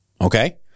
okay